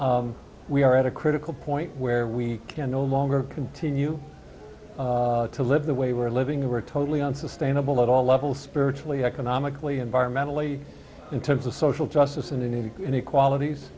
history we are at a critical point where we can no longer continue to live the way we're living we're totally unsustainable at all levels spiritually economically environmentally in terms of social justice in any inequalities